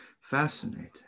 Fascinating